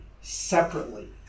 separately